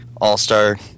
All-Star